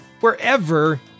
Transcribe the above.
wherever